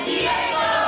Diego